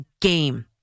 game